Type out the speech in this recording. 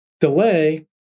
delay